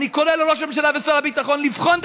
אני קורא לראש הממשלה ושר הביטחון לבחון את